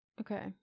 Okay